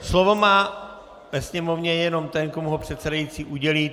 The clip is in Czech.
Slovo má ve sněmovně jenom ten, komu ho předsedající udělí.